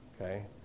Okay